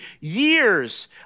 years